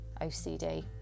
OCD